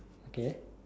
okay